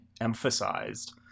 emphasized